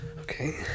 Okay